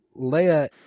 Leia